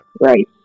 Right